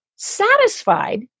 satisfied